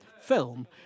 film